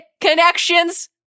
connections